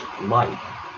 light